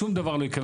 שום דבר לא יקרה.